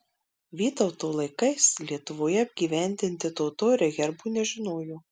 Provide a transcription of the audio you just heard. vytauto laikais lietuvoje apgyvendinti totoriai herbų nežinojo